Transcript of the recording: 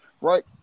right